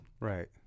Right